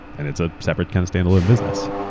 and it's a separate kind of standalone business.